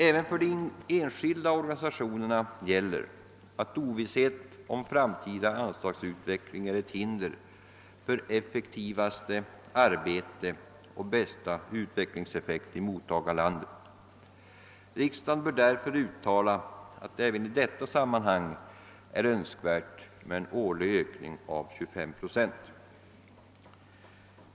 även för de enskilda organisationerna gäller att ovisshet om framtida anslagsutveckling utgör ett hinder för effektivaste arbete och bästa utvecklingseffekt i mottagarlandet. Riksdagen bör därför uttala att det även i detta sammanhang är önskvärt med en årlig ökning av 25 procent.